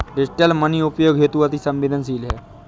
digital money उपयोग हेतु अति सवेंदनशील है